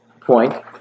point